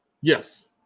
Yes